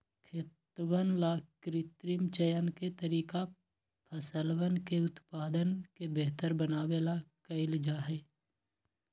खेतवन ला कृत्रिम चयन के तरीका फसलवन के उत्पादन के बेहतर बनावे ला कइल जाहई